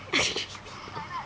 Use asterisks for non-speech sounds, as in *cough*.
*laughs*